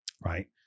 right